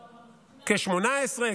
כ-18,